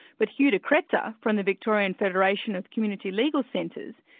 but hugh de kretser from the victorian federation of community legal centres,